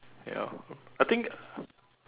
ya I think